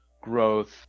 growth